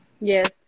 Yes